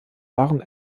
waren